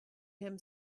him